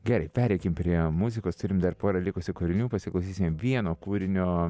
gerai pereikim prie muzikos turim dar porą likusių kūrinių pasiklausysim vieno kūrinio